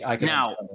Now